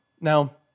Now